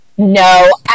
No